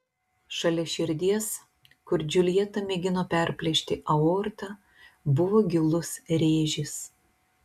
šalia širdies kur džiuljeta mėgino perplėšti aortą buvo gilus rėžis